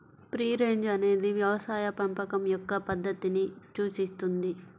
free range అనేది వ్యవసాయ పెంపకం యొక్క పద్ధతిని సూచిస్తుంది